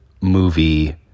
movie